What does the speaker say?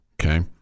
Okay